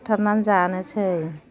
बुथारनानै जानोसै